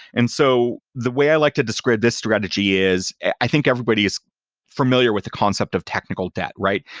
and so the way i like to describe this strategy is i think everybody's familiar with the concept of technical debt, right?